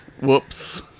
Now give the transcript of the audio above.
Whoops